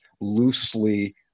loosely